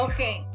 Okay